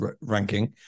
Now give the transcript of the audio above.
ranking